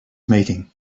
meeting